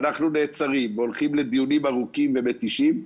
ואנחנו נעצרים והולכים לדיונים ארוכים ומתישים,